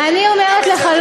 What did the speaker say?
אני אומרת לך,